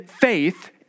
faith